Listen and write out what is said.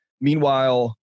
Meanwhile